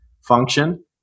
function